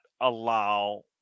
allow